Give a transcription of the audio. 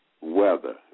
weather